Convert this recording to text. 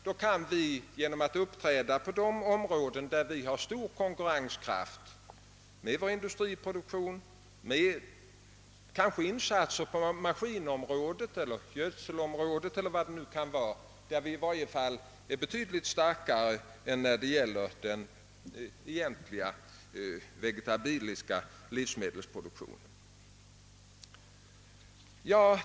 Vi kan göra det genom att uppträda på de områden där vi har stor konkurrenskraft, med vår industriproduktion, med insatser på maskinområdet eller gödselområdet, där vi i varje fall är betydligt starkare än när det gäller den egentliga vegetabiliska livsmedelsproduktionen.